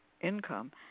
income